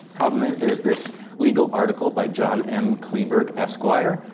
problem is, there's this legal article by john m. kleeberg, esquire,